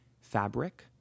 fabric